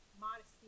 modesty